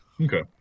Okay